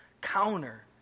counter